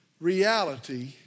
reality